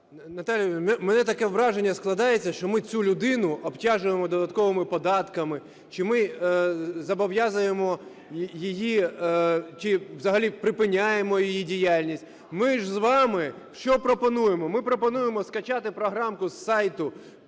у мене таке враження складається, що ми цю людину обтяжуємо додатковими податками чи ми зобов'язуємо її, чи взагалі припиняємо її діяльність. Ми ж з вами що пропонуємо, ми пропонуємо скачати програмку з сайту